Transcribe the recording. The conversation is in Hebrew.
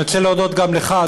אני רוצה להודות גם לך,